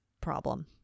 problem